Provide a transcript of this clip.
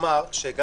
שגם